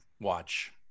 watch